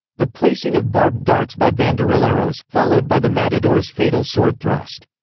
the placing of barbed darts by banderilleros, followed by the matador's fatal sword thrust.